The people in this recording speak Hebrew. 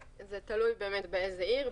זה תלוי באיזה עיר.